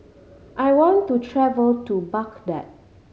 I want to travel to Baghdad